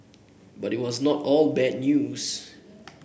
but it was not all bad news